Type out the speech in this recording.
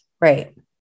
Right